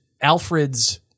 Alfred's